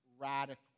radical